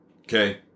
Okay